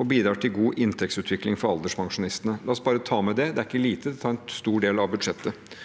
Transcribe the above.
og bidrar til god inntektsutvikling for alderspensjonistene. La oss bare ta med det, det er ikke lite, det tar en stor del av budsjettet.